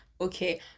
Okay